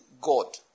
God